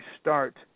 start